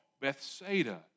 Bethsaida